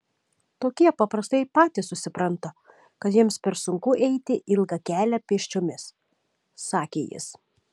tokie paprastai patys susipranta kad jiems per sunku eiti ilgą kelią pėsčiomis sakė jis